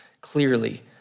clearly